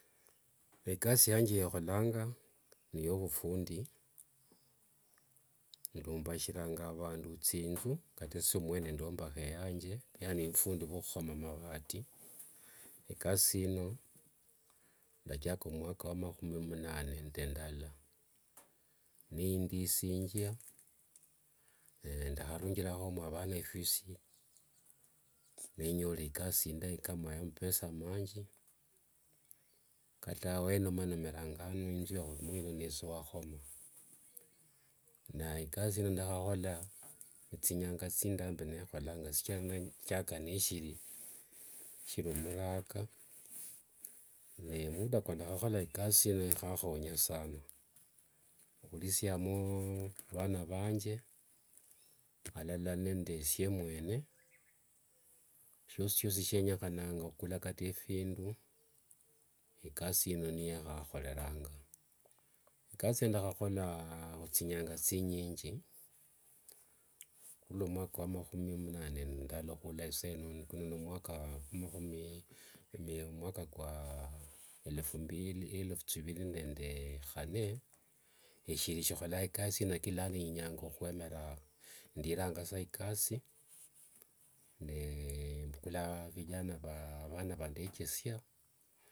Ekasi yanje yeholanga ni yovufundi, ndumbashiranga avandu tsinzu kata esye mwene ndombaha eyanje yaaani ovufundi vwo ohuhoma mavati, ne ikasi ino ndachaka omwaka wa mahumi mnane nende ndala, nindiisinjwa, ndaharunjirahomo avana ifees, nenyola ikasi indayi kama ya amapesa amanji, kata wenomanemeranga ano inzu yahurimo ino nesye wahoma, naye ikasi ino ndahahola netsinyanga tsindambi neholanga shichira ndaichaka neshiri omuraka, naye muda kwe ndahahola ikasi ino yahahonya saana, hurisiamo vana vanje alala nende esye mwene, shiosishiosi syenyehananga hukula kata efindu ikasi ino niyahaholeranga, ikasi ino ndahahola hutsinyanga tsinyingi, hurula mwaka mahumi mnane nende ndala hula isaino kuno ni mwaka mwaka kwa elefu mbili, elefu tsiviri nde hane eshiri shiholanga ikasi ino lakini lano nya ohuemera, ndiranga sa ikasi nembukula vijana vandeekesia.